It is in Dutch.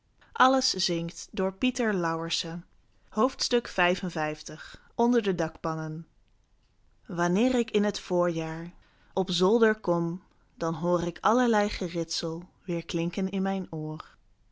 zinkt onder de dakpannen wanneer ik in het voorjaar op zolder kom dan hoor ik allerlei geritsel weerklinken in mijn oor